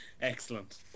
Excellent